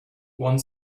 one